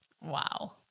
Wow